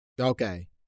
Okay